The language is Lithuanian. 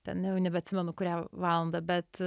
ten jau nebeatsimenu kurią valandą bet